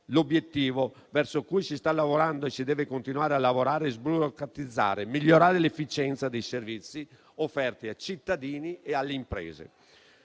L'obiettivo verso cui si sta lavorando e si deve continuare a lavorare è sburocratizzare e migliorare l'efficienza dei servizi offerti ai cittadini e alle imprese.